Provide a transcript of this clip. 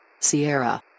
Sierra